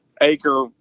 acre